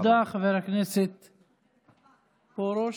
תודה, חבר הכנסת פרוש.